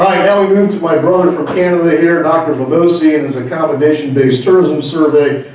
my brother from canada here, dr. mimosy and his accomodation based tourism survey.